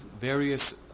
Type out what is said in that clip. various